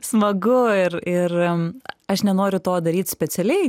smagu ir ir aš nenoriu to daryt specialiai